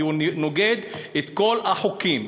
כי הוא נוגד את כל החוקים,